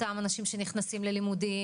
אותם אנשים שנכנסים ללימודים,